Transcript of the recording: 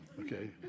Okay